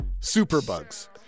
Superbugs